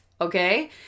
okay